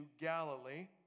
Galilee